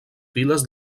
files